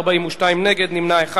נתקבלה.